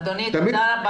אדוני, תודה.